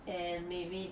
and maybe